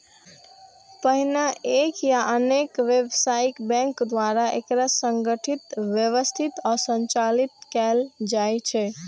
पहिने एक या अनेक व्यावसायिक बैंक द्वारा एकरा संगठित, व्यवस्थित आ संचालित कैल जाइ छै